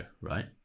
right